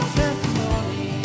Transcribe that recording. testimony